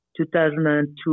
2002